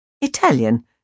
Italian